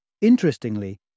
Interestingly